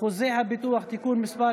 חוזה הביטוח (תיקון מס'